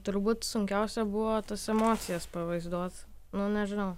turbūt sunkiausia buvo tas emocijas pavaizduot nu nežinau